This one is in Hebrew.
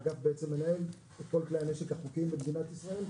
האגף מנהל את כל כלי הנשק החוקיים במדינת ישראל,